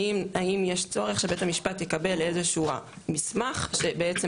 האם יש צורך שבית המשפט יקבל איזשהו מסמך שבעצם